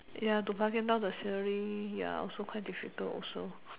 ya to bargain down the salary ya also quite difficult also